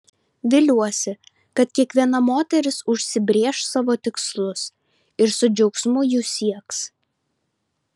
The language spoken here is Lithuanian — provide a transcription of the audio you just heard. viliuosi kad kiekviena moteris užsibrėš savo tikslus ir su džiaugsmu jų sieks